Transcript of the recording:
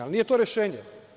Ali, nije to rešenje.